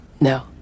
No